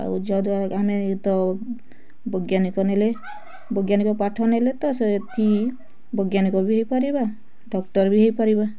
ଆଉ ଯଦ୍ୱାରା ଆମେ ତ ବୈଜ୍ଞାନିକ ନେଲେ ବୈଜ୍ଞାନିକ ପାଠ ନେଲେ ତ ସେଠି ବୈଜ୍ଞାନିକ ବି ହେଇପାରିବା ଡକ୍ଟର ବି ହେଇପାରିବା